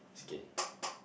it's okay